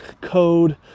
code